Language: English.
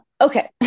Okay